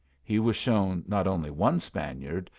he was shown not only one spaniard,